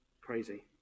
Crazy